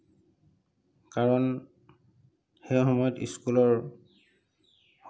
কাৰণ সেই সময়ত স্কুলৰ